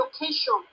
location